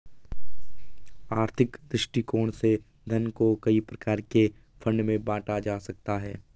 आर्थिक दृष्टिकोण से धन को कई प्रकार के फंड में बांटा जा सकता है